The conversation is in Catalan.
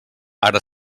ara